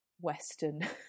Western